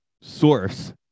source